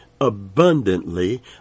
abundantly